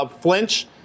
flinch